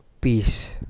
Peace